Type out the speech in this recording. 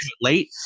late